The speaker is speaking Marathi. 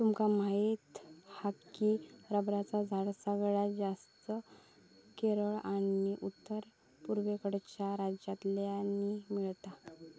तुमका माहीत हा की रबरचा झाड सगळ्यात जास्तं केरळ आणि उत्तर पुर्वेकडच्या राज्यांतल्यानी मिळता